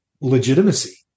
legitimacy